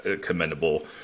commendable